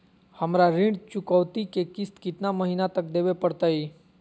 हमरा ऋण चुकौती के किस्त कितना महीना तक देवे पड़तई?